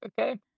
Okay